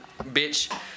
bitch